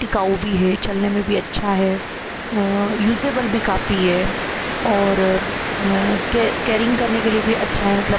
टिकाऊ भी है चलने में भी अच्छा है यूज़ेबल भी काफ़ी है और केरिंग करने के लिए भी अच्छा है मतलब